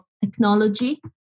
technology